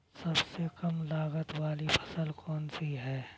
सबसे कम लागत वाली फसल कौन सी है?